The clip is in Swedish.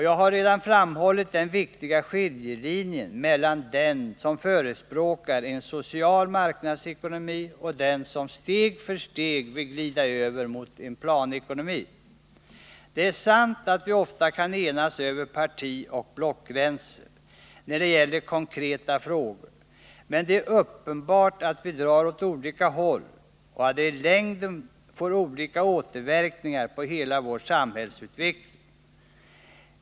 Jag har redan framhållit den viktiga skiljelinjen mellan den som förespråkar en social marknadsekonomi och den som steg för steg vill glida över mot en planekonomi. Det är sant att vi ofta kan enas över partioch blockgränser, när det gäller konkreta frågor, men det är uppenbart att vi drar åt skilda håll och att det i längden får olika återverkningar på hela vår samhällsutveckling.